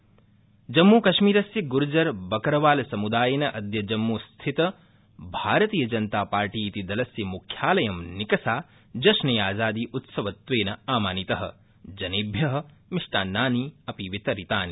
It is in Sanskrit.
गर्जरोत्सव जम्मूकश्मीरस्य गुर्जर बकरवाल समुदायेन अद्य जम्मूस्थितं भारतीयजनतापार्टी इति दलस्य मुख्यालयं निकषा जश्न ए आज़ादी उत्सवत्वेन आमानित जनेभ्य मिट्टान्नानि अपि वितरितानि